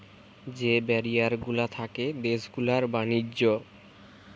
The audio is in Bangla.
যে ব্যারিয়ার গুলা থাকে দেশ গুলার ব্যাণিজ্য